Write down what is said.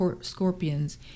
scorpions